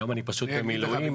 היום אני פשוט במילואים.